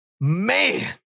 man